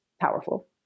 powerful